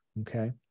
okay